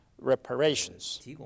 reparations